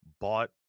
bought